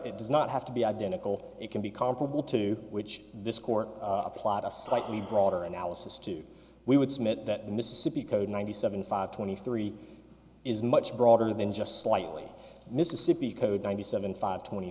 it does not have to be identical it can be comparable to which this court plot a slightly broader analysis to we would submit that the mississippi code ninety seven five twenty three is much broader than just slightly mississippi code ninety seven five twenty